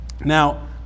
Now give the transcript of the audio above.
Now